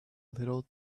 little